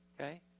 Okay